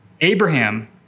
Abraham